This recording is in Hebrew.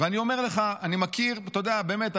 ואני אומר לך: אני מכיר, אתה יודע, באמת,